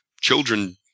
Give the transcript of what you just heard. children